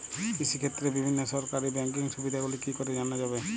কৃষিক্ষেত্রে বিভিন্ন সরকারি ব্যকিং সুবিধাগুলি কি করে জানা যাবে?